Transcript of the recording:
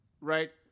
right